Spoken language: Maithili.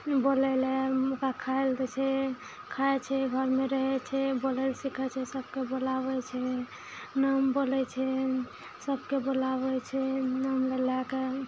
बोलै लए ओकरा खाय लए दै छै खाइ छै घरमे रहै छै बोलै लए सीखै छै सबके बोलाबै छै नाम बोलै छै सबके बोलाबै छै नाम लै लै कऽ